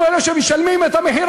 אנחנו אלה שמשלמים את המחיר,